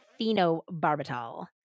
phenobarbital